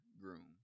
groom